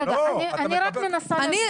מאיר,